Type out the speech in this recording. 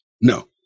No